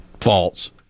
false